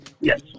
Yes